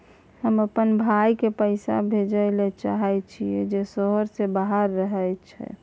हम अपन भाई के पैसा भेजय ले चाहय छियै जे शहर से बाहर रहय हय